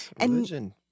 religion